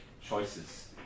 choices